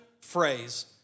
phrase